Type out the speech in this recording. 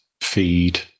feed